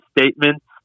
statements